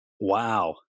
Wow